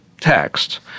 text